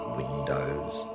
windows